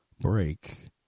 break